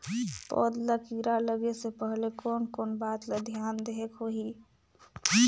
पौध ला कीरा लगे से पहले कोन कोन बात ला धियान देहेक होही?